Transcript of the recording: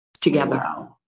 together